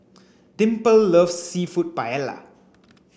Dimple loves Seafood Paella